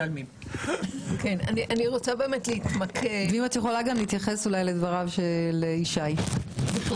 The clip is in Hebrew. אם את יכולה להתייחס גם לדבריו של ישי, בבקשה.